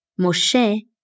Moshe